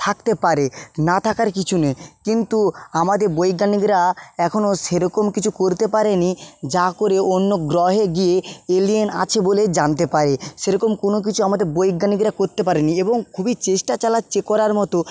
থাকতে পারে না থাকার কিছু নেই কিন্তু আমাদের বৈজ্ঞানিকরা এখনও সেরকম কিছু করতে পারেনি যা করে অন্য গ্রহে গিয়ে এলিয়েন আছে বলে জানতে পারে সেরকম কোনো কিছু আমাদের বৈজ্ঞানিকরা করতে পারেনি এবং খুবই চেষ্টা চালাচ্ছে করার মতো